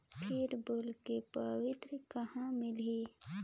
फिर बिल के पावती कहा मिलही?